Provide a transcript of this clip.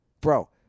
Bro